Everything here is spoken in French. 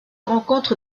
rencontre